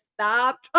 stop